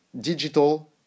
digital